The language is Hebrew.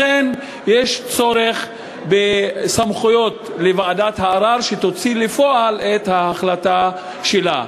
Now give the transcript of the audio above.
לכן יש צורך בסמכויות לוועדת הערר שתוציא לפועל את ההחלטה שלה.